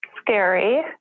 scary